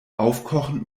aufkochen